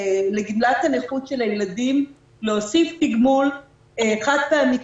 לגמלת הנכות של הילדים להוסיף תגמול חד-פעמי,